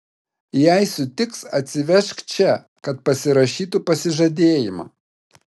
jei sutiks atsivežk čia kad pasirašytų pasižadėjimą